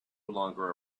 longer